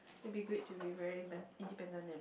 will be great to be very be~ independent and